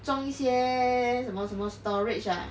装一些什么什么 storage ah